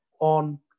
on